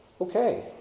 Okay